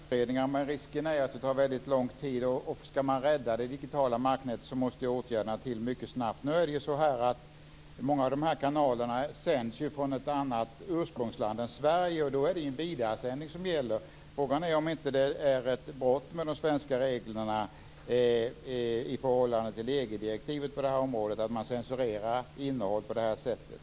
Fru talman! Det är ju bra med utredningar, men risken är att det tar väldigt lång tid. Ska man rädda det digitala marknätet måste åtgärderna till mycket snabbt. Många av kanalerna sänds ju från ett annat ursprungsland än Sverige. Då är det vidaresändning som gäller. Frågan är om det inte är ett brott med de svenska reglerna i förhållande till EG-direktivet på det här området, att man censurerar innehåll på det här sättet.